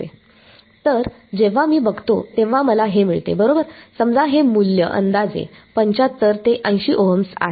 तर जेव्हा मी बघतो तेव्हा मला हे मिळते बरोबर समजा हे मूल्य अंदाजे 75 ते 80 ओहम्स आहे